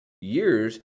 years